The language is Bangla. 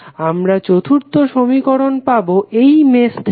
আমরা চতুর্থ সমীকরণ পাবো এই মেশ থেকে